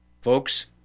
Folks